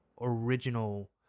original